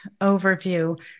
overview